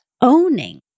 owning